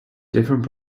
different